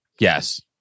yes